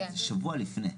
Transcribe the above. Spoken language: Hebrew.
זה שבוע לפני.